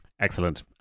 Excellent